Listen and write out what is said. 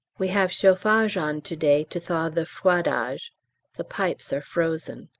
we have chauffage on to-day to thaw the froidage the pipes are frozen.